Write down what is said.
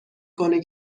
کنه